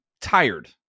tired